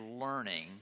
learning